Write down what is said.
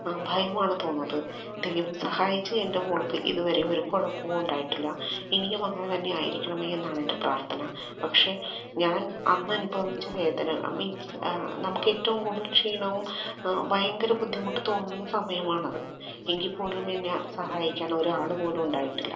ഭയമാണ് തോന്നുന്നത് ദൈവം സഹായിച്ച് എൻ്റെ മോൾക് ഇതുവരേം ഒരു കുഴപ്പോം ഉണ്ടായിട്ടില്ല ഇനിയും അങ്ങനെ തന്നെ ആയിരിക്കണമേ എന്നാണെൻ്റെ പ്രാർത്ഥന പക്ഷേ ഞാൻ അന്നനുഭവിച്ച വേദന മീൻസ് നമുക്കേറ്റവും കൂടുതൽ ക്ഷീണവും ഭയങ്കര ബുദ്ധിമുട്ടും തോന്നുന്ന സമയമാണത് എങ്കിപ്പോലും എന്നെ സഹായിക്കാൻ ഒരാളുപോലും ഉണ്ടായിട്ടില്ല